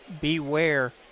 beware